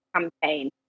campaign